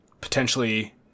potentially